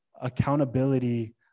accountability